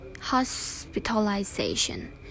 hospitalization